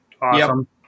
Awesome